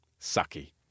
sucky